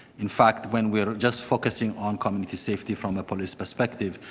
in fact, when we're just focussing on community safety from a police perspective,